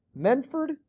Menford